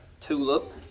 tulip